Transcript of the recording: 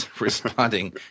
responding